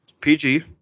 PG